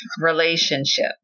relationship